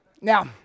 Now